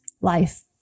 life